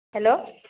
hello